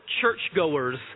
churchgoers